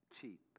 cheap